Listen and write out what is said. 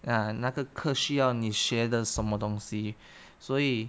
ya 那个课需要你学的什么东西所以